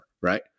right